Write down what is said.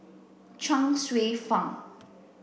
Chuang Hsueh Fang